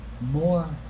more